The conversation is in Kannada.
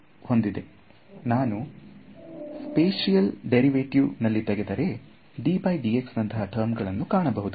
ಇದನ್ನು ನಾನು ಸ್ಪೆಸಿಎಲ್ ಡೇರಿವೆಟಿವ್ ನಲ್ಲಿ ತೆಗೆದರೆ ನಂತಹ ಟರ್ಮ್ ಗಳನ್ನು ಕಾಣಬಹುದು